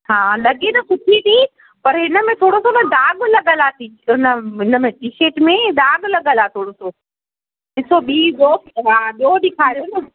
हा लॻे त सुठी थी पर हिन में थोरो सो दाॻ लॻियल आहे टी हुन हुन में टीशट में दाॻ लॻियल आहे थोरो सो ॾिसो ॿीं ॾिसो ॿियों ॾेखारियो न